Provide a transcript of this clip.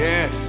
Yes